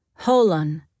Holon